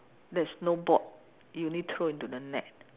there's no board you need throw into the net